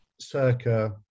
circa